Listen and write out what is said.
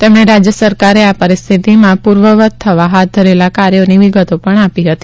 તેમણે રાજ્ય સરકારે આ પરિસ્થિતિમાં પૂર્વવત થવા હાથ ધરેલા કાર્યોની વિગતો પણ આપી હતી